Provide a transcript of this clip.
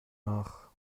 nach